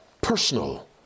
personal